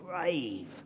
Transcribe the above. brave